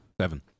seven